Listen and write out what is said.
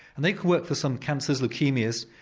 and they can work for some cancers, leukaemias,